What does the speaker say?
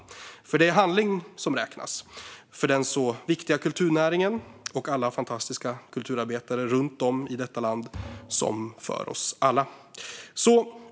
Det är nämligen handling som räknas för den viktiga kulturnäringen och alla fantastiska kulturarbetare runt om i detta land, precis som för oss alla.